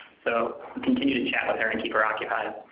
so continue to chat with her and keep her occupied.